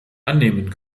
annehmen